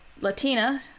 Latina